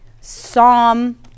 Psalm